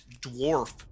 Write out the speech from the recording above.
dwarf